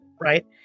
Right